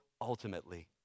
ultimately